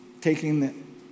taking